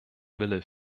wille